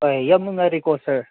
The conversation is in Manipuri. ꯑꯦ ꯌꯥꯝ ꯅꯨꯡꯉꯥꯏꯔꯦꯀꯣ ꯁꯥꯔ